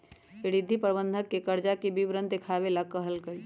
रिद्धि प्रबंधक के कर्जा के विवरण देखावे ला कहलकई